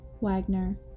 Wagner